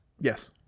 Yes